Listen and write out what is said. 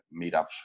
meetups